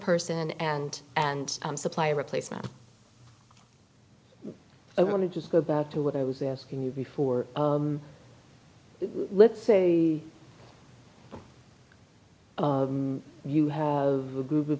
person and and supply replacement i want to just go back to what i was asking you before let's say you have a group of